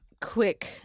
quick